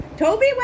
Toby